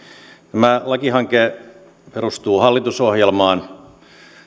tämä lakihanke perustuu hallitusohjelmaan